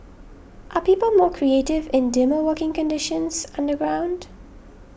are people more creative in dimmer working conditions underground